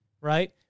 right